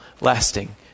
lasting